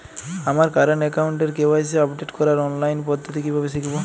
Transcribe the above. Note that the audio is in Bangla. আমার কারেন্ট অ্যাকাউন্টের কে.ওয়াই.সি আপডেট করার অনলাইন পদ্ধতি কীভাবে শিখব?